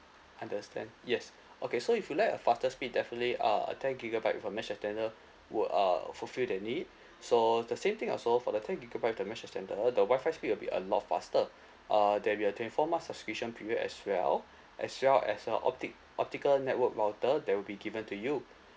understand yes okay so if you'd like a faster speed definitely uh ten gigabyte with a mesh extender will uh fulfil that need so the same thing also for the ten gigabyte with the mesh extender the WI-FI speed will be a lot faster uh there will be a twenty four months subscription period as well as well as a optic optical network router that will be given to you